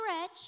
rich